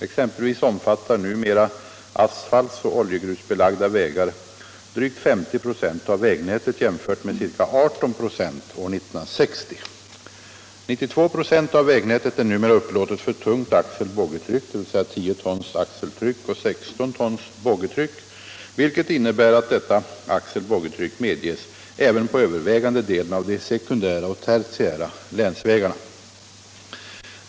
Exempelvis omfattar numera asfaltoch oljegrusbelagda vägar drygt 50 96 av vägnätet jämfört med ca 18 926 år 1960. 9226 av vägnätet är numera upplåtet för tungt axel boggitryck medges även på övervägande delen av de sekundära och tertiära länsvägarna.